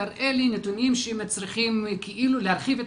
תראה לי נתונים שמצריכים כאילו להרחיב את